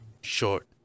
short